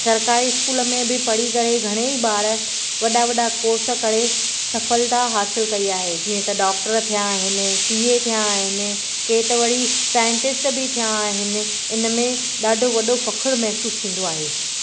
सरकारी स्कूल में बि पढ़ी करे घणेई ॿार वॾा वॾा कोर्स करे सफलता हासिलु कई आहे जीअं त डॉक्टर थिया आहिनि सी ए थिया आहिनि के त वरी साइंटिस्ट बि थिया आहिनि इन में ॾाढो वॾो फ़ख्रु महसूसु थींदो आहे